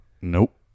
Nope